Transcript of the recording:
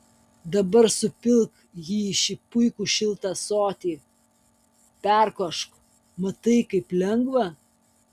dabar supilk jį į šį puikų šiltą ąsotį perkošk matai kaip lengva